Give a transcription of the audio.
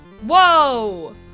Whoa